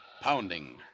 Pounding